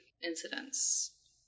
incidents